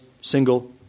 single